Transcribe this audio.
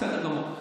בסדר גמור.